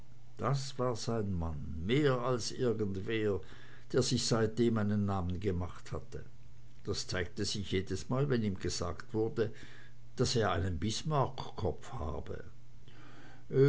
das war sein mann mehr als irgendwer der sich seitdem einen namen gemacht hatte das zeigte sich jedesmal wenn ihm gesagt wurde daß er einen bismarckkopf habe